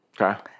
Okay